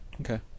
Okay